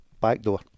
backdoor